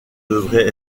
devait